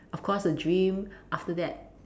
of course a dream after that